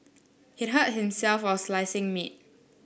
he hurt himself while slicing meat